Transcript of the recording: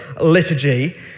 liturgy